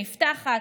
שנפתחת.